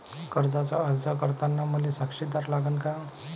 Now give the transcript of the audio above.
कर्जाचा अर्ज करताना मले साक्षीदार लागन का?